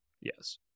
Yes